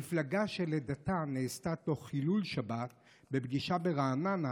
מפלגה שלידתה נעשתה תוך חילול שבת בפגישה ברעננה,